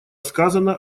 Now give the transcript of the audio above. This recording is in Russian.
сказано